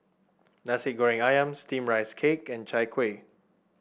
Nasi Goreng ayam steamed Rice Cake and Chai Kuih